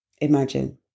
Imagine